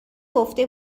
گفته